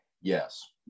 yes